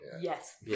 yes